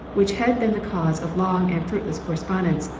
which had been the cause of long and fruitless correspondence,